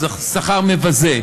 אבל זה שכר מבזה.